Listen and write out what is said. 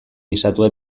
gisatua